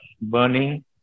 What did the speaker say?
Burning